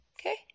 Okay